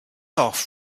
off